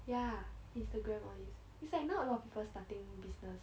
ya Instagram all this it's like now a lot of people starting business